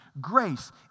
Grace